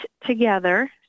together